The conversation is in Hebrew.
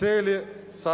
הציע לי השר